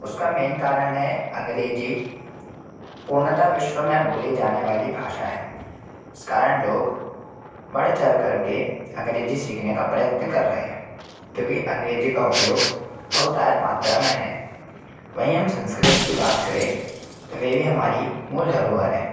उसका मेन कारण है अंग्रेजी पूर्णतः विश्व में बोली जाने वाली भाषा है इस कारण लोग बढ़ चढ़ कर के अंग्रेजी सीखने का प्रयत्न कर रहे हैं क्योंकि अंग्रेजी का उपयोग बहुतायत मात्रा में है वहीं हम संस्कृत की बात करें तो वह भी हमारी मूल धरोहर है